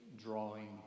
drawing